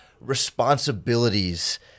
responsibilities